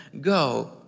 go